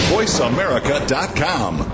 VoiceAmerica.com